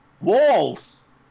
Walls